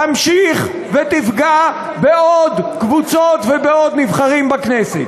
תמשיך ותפגע בעוד קבוצות ובעוד נבחרים בכנסת.